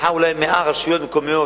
מחר אולי 100 רשויות מקומיות,